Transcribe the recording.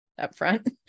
upfront